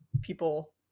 people